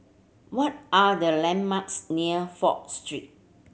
what are the landmarks near Fourth Street